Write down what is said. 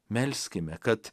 melskime kad